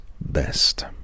best